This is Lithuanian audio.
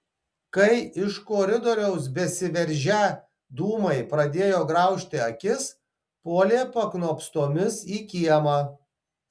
kai iš koridoriaus besiveržią dūmai pradėjo graužti akis puolė paknopstomis į kiemą